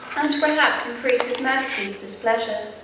and perhaps increase his majesty's displeasure